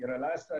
דיר אל אסד,